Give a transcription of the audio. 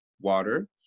Water